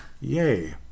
Yay